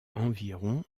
environ